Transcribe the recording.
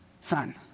son